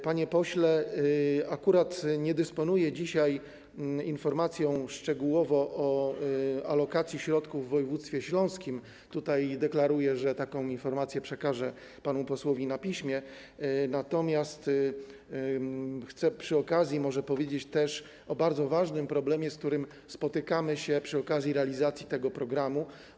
Panie pośle, akurat nie dysponuję dzisiaj informacją szczegółową o alokacji środków w województwie śląskim - tutaj deklaruję, że taką informację przekażę panu posłowi na piśmie - natomiast chcę przy okazji powiedzieć też o bardzo ważnym problemie, z którym stykamy się przy okazji realizacji tego programu.